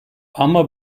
ama